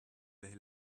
they